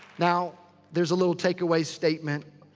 now, there's a little take away statement